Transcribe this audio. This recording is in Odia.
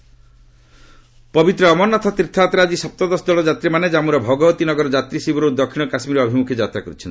ଅମରନାଥ ଯାତ୍ରା ପବିତ୍ର ଅମରନାଥ ତୀର୍ଥଯାତ୍ରାରେ ଆଜି ସପ୍ତଦଶ ଦଳର ଯାତ୍ରୀମାନେ ଜାମ୍ମୁର ଭଗବତୀ ନଗର ଯାତ୍ରୀ ଶିବିରରୁ ଦକ୍ଷିଣ କାଶ୍କୀର ଅଭିମୁଖେ ଯାତ୍ରା କରିଛନ୍ତି